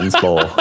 Bowl